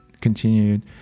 continued